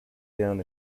down